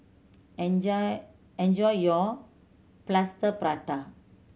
enjoy enjoy your Plaster Prata